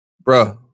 bro